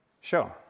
Sure